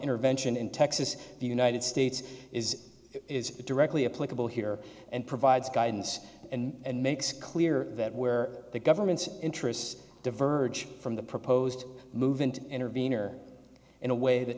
intervention in texas the united states is directly applicable here and provides guidance and makes clear that where the government's interests diverge from the proposed move and intervene or in a way that